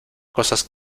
cosas